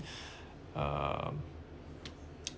um